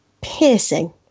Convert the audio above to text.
Piercing